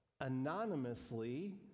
anonymously